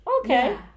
Okay